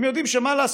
הם יודעים שמה לעשות,